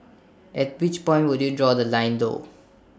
at which point would you draw The Line though